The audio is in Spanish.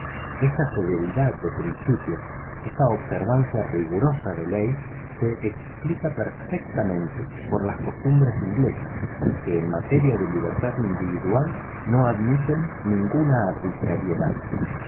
esta severidad de principios esta observancia rigurosa de la ley se explica perfectamente por las costumbres inglesas que en materia de libertad individual no admiten ninguna arbitrariedad